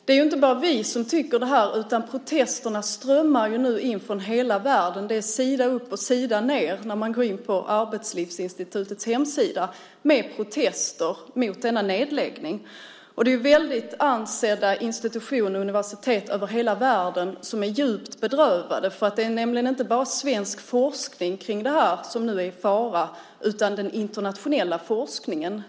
Det är inte bara vi som tycker det här, utan protesterna strömmar nu in från hela världen. När man går in på Arbetslivsinstitutets hemsida ser man att det är sida upp och sida ned med protester mot denna nedläggning. Det är väldigt ansedda institutioner och universitet över hela världen som är djupt bedrövade. Det är nämligen inte bara svensk forskning kring det här som nu är i fara utan även den internationella forskningen.